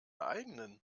eigenen